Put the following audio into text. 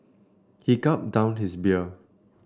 he gulped down his beer